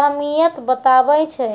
अहमियत बताबै छै